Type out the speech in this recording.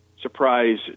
surprise